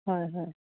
হয় হয়